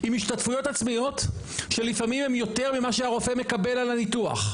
עם השתתפויות עצמיות שלפעמים הם יותר ממה שהרופא מקבל על הניתוח.